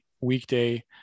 weekday